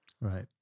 Right